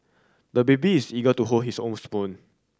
the baby is eager to hold his own spoon